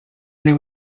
there